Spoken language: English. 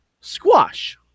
squash